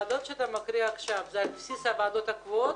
הוועדות שאתה מקריא עכשיו זה על בסיס הוועדות הקבועות?